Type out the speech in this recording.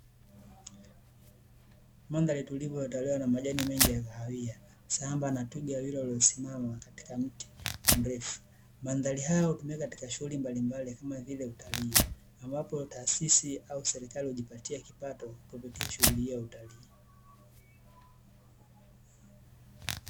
Mandhari tulivu iliyotawaliwa na majani mengi ya kahawia, sambamba na twiga wawili waliosimama katika mti mrefu. Mandhari hayo hutumika katika shughuli mbalimbali kama vile utalii, ambapo taasisi au serikali hujipatia kipato kupitia shughuli hiyo ya utalii.